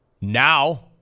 Now